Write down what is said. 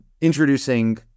introducing